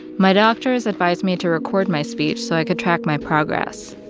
my doctors advised me to record my speech, so i could track my progress.